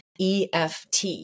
EFT